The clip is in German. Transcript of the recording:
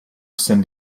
sind